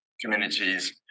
communities